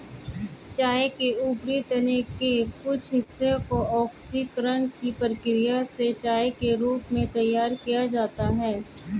चाय के ऊपरी तने के कुछ हिस्से को ऑक्सीकरण की प्रक्रिया से चाय के रूप में तैयार किया जाता है